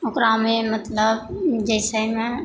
ओकरामे मतलब जैसेमे